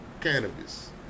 cannabis